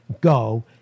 go